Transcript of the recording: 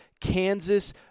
Kansas